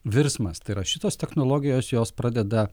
virsmas tėra šitos technologijos jos pradeda